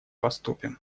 поступим